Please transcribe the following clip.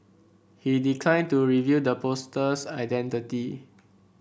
he declined to reveal the poster's identity